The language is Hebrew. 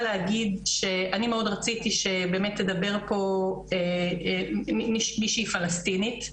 אני רוצה להגיד שאני מאוד רציתי שבאמת תדבר פה מישהי פלסטינית,